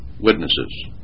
witnesses